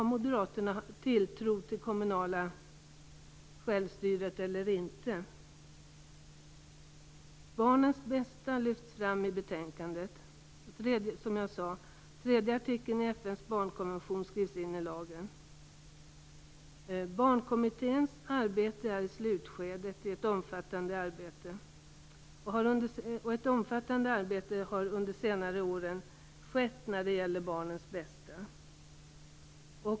Har moderaterna tilltro till det kommunala självstyret eller inte? Barnens bästa lyfts fram i betänkandet. Och, som jag sade, tredje artikeln i FN:s barnkonvention skrivs in i lagen. Barnkommitténs arbete är i slutskedet. Och ett omfattande arbete har under senare år skett när det gäller barnens bästa.